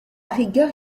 rigueur